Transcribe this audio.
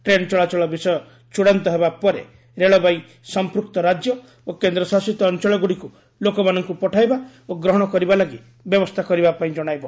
train ଚଳାଚଳ ବିଷୟ ଚୂଡ଼ାନ୍ତ ହେବା ପରେ ରେଳବାଇ ସମ୍ପୃକ୍ତ ରାଜ୍ୟ ଓ କେନ୍ଦ୍ରଶସିତ ଅଞ୍ଚଳଗୁଡ଼ିକୁ ଲୋକମାନଙ୍କୁ ପଠାଇବା ଓ ଗ୍ରହଣ କରିବା ଲାଗି ବ୍ୟବସ୍ଥା କରିବା ପାଇଁ ଜଣାଇବ